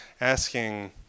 asking